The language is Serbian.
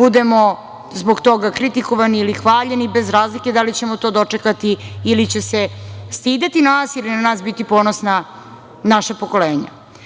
budemo zbog toga kritikovani ili hvaljeni bez razlike da li ćemo to dočekati ili će se stideti nas ili na nas biti ponosna naša pokolenja.Zašto